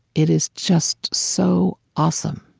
it is just so awesome.